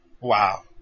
Wow